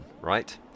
right